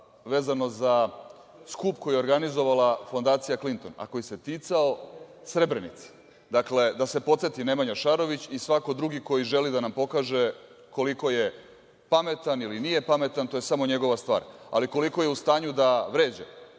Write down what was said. vezano za skup koji je organizovala Fondacija „Klinton“, a koji se ticao Srebrenice. Dakle, da se podseti Nemanja Šarović i svako drugi ko želi da nam pokaže koliko je pametan ili nije pametan, to je samo njegova stvar, ali koliko je u stanju da vređa